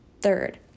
Third